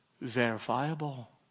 Verifiable